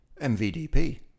MVDP